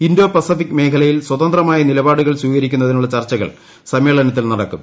Indo Pacific മേഖലയിൽ സ്വതന്ത്രമായ നിലപാടുകൾ സ്വീകരിക്കുന്നതിനുള്ള ചർച്ചകൾ സമ്മേളനത്തിൽ നടക്കും